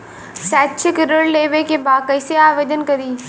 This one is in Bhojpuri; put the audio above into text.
शैक्षिक ऋण लेवे के बा कईसे आवेदन करी?